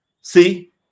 See